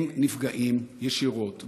הם נפגעים ישירות.